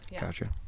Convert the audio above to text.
gotcha